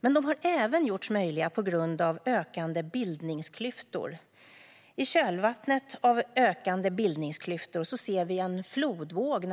Men de har även gjorts möjliga på grund av ökande bildningsklyftor. I kölvattnet av dessa ökande bildningsklyftor ser vi närmast en flodvåg